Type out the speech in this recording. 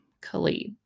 Khalid